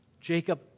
Jacob